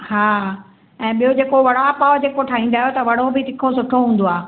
हा ऐं ॿियो जेको वड़ा पाव जेको ठाहींदा आयो त वड़ो बि तिखो सुठो हूंदो आहे